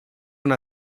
una